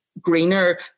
greener